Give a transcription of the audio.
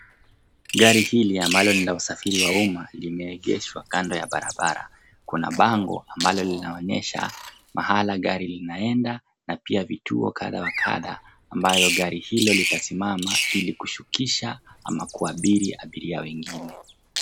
Gari hili ambalo ni la usafiri wa umaa limeegeshwa kando ya barabara. Kuna bango ambalo linaloonyesha mahali gari linaenda na pia vituo kadhaa wa kadhaa ambalo gari hilo litasimama ili kushukisha ama kuabiri abiria wengine.